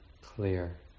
clear